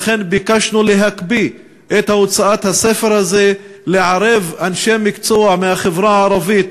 ולכן ביקשנו להקפיא את הוצאת הספר הזה ולערב אנשי מקצוע מהחברה הערבית